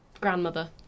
Grandmother